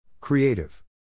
Creative